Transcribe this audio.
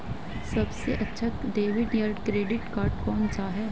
सबसे अच्छा डेबिट या क्रेडिट कार्ड कौन सा है?